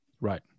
Right